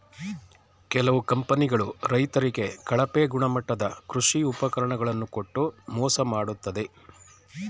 ಕೆಲವು ಕಂಪನಿಗಳು ರೈತರಿಗೆ ಕಳಪೆ ಗುಣಮಟ್ಟದ ಕೃಷಿ ಉಪಕರಣ ಗಳನ್ನು ಕೊಟ್ಟು ಮೋಸ ಮಾಡತ್ತದೆ